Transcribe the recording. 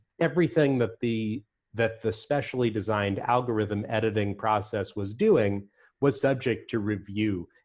everything that the that the specially designed algorithm editing process was doing was subject to review,